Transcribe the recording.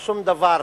לשום דבר,